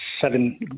seven